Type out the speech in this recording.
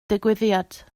digwyddiad